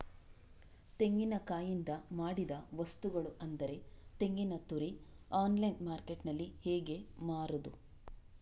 ತೆಂಗಿನಕಾಯಿಯಿಂದ ಮಾಡಿದ ವಸ್ತುಗಳು ಅಂದರೆ ತೆಂಗಿನತುರಿ ಆನ್ಲೈನ್ ಮಾರ್ಕೆಟ್ಟಿನಲ್ಲಿ ಹೇಗೆ ಮಾರುದು?